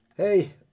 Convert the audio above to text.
Hey